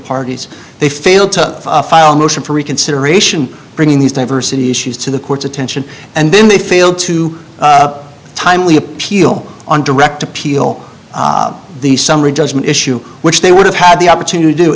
parties they failed to file a motion for reconsideration bringing these diversity issues to the court's attention and then they failed to timely appeal on direct appeal the summary judgment issue which they would have had the opportunity to do